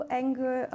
anger